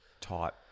type